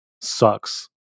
sucks